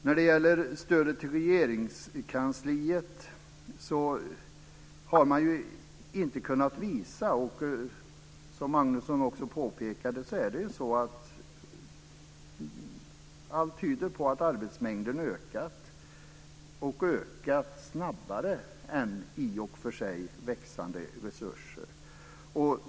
När det gäller stödet till Regeringskansliet tyder allt på att arbetsmängden ökat och ökat snabbare än växande resurser, vilket Göran Magnusson påpekade.